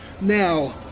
Now